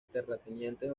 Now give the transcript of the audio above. terratenientes